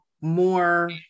more